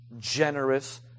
generous